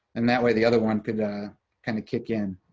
and that way, the other one could ah kinda kick in.